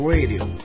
Radio